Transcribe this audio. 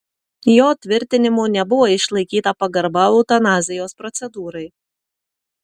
jo tvirtinimu nebuvo išlaikyta pagarba eutanazijos procedūrai